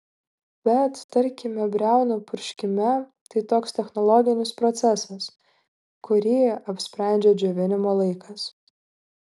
bet tarkime briaunų purškime tai toks technologinis procesas kurį apsprendžia džiovinimo laikas